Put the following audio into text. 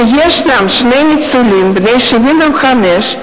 אם יש שני ניצולים בני 75,